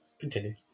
continue